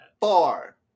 Four